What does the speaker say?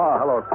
hello